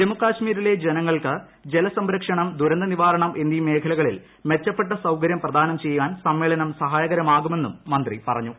ജമ്മുകശ്മീരിലെ ജനങ്ങൾക്ക് ജലസംരക്ഷണം ദുരന്തനിവാരണം എന്നീ മേഖലകളിൽ മെച്ചപ്പെട്ട സൌകര്യം പ്രദാനം ചെയ്യുവാൻ സമ്മേളനം സഹായകരമാകുമെന്നും മന്ത്രി പറഞ്ഞു